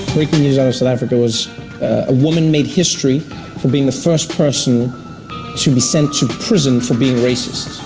breaking news out of south africa was a woman made history for being the first person to be sent to prison for being racist.